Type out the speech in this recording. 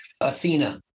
Athena